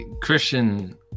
christian